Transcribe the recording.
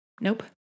nope